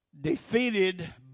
Defeated